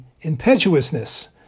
impetuousness